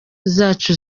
zacu